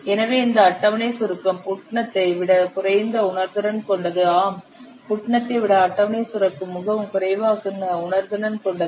எனவே இந்த அட்டவணை சுருக்கம் புட்னத்தை விட குறைந்த உணர்திறன் கொண்டது ஆம் புட்னத்தை விட அட்டவணை சுருக்கம் மிகவும் குறைவான உணர்திறன் கொண்டது